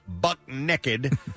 buck-naked